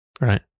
right